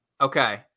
Okay